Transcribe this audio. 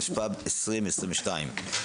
התשפ"ב-2022.